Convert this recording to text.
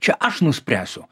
čia aš nuspręsiu